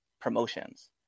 promotions